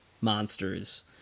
monsters